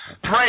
Pray